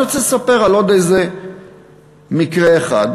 אני רוצה לספר על עוד מקרה אחד,